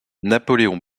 napoléon